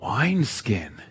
wineskin